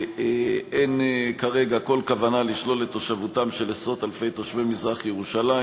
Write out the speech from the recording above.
אין כרגע כל כוונה לשלול את תושבותם של עשרות-אלפי תושבי מזרח-ירושלים,